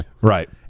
right